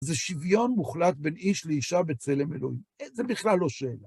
זה שוויון מוחלט בין איש לאישה בצלם אלוהים, זה בכלל לא שאלה.